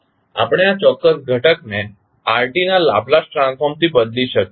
આપણે આ ચોક્ક્સ ઘટકને Rt ના લાપ્લાસ ટ્રાન્સફોર્મથી બદલી શકો છો